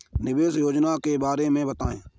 निवेश योजना के बारे में बताएँ?